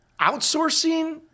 Outsourcing